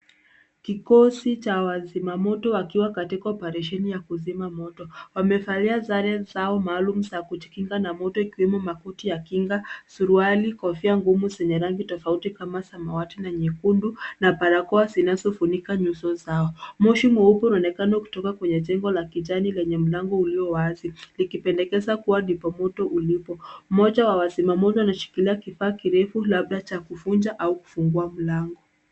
Kikosi cha wazima moto wakiwa katika operesheni ya kuzima moto. Wamevalia sare zao maalumu za kujikinga na moto, ikiwemo makoti ya kinga, suruali, kofia ngumu zenye rangi tofauti kama samawati na nyekundu, na barakoa zinazofunika nyuso zao. Moshi mweupe unaonekana ukitoka kwenye jengo la kijani lenye mlango ulio wazi, likipendekeza kuwa ndipo moto ulipo. Mmoja wa wazima moto anashikilia kifaa kirefu labda cha kuvunja au kufungua mlango.